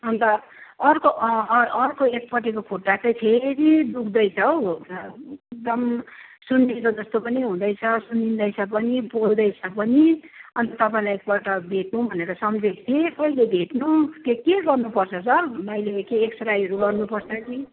अन्त अर्को अर्को एकपट्टिको खुट्टा चाहिँ फेरि दुःख्दैछ हौ र एकदम सुन्निएको जस्तो पनि हुँदैछ सुनिँदैछ पनि पोल्दैछ पनि अन्त तपाईँलाई एक पल्ट भेटौँ भनेर सम्झिएको थिएँ कहिले भेट्नु त्यो के गर्नु पर्छ सर मैले के एक्सरेहरू गर्नु पर्छ कि